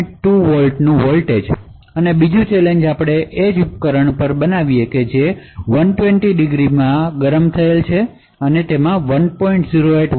2 volt પર એક challenge મોકલીયે અને બીજું ચેલેંજ તે જ ઉપકરણને 120 ડિગ્રી તાપમાન અને 1